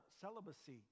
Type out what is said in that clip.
celibacy